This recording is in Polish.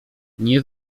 nie